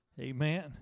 Amen